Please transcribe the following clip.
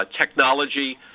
technology